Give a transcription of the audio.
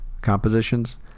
compositions